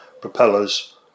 propellers